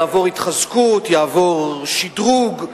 יעבור התחזקות, יעבוד שדרוג,